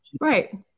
right